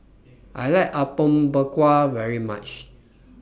I like Apom Berkuah very much